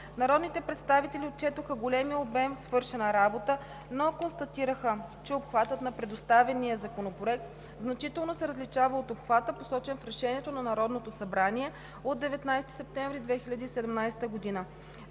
народните представите отчетоха големия обем свършена работа, но констатираха, че обхватът на предоставения законопроект значително се различава от обхвата, посочен в Решението на Народното събрание от 19 септември 2017 г.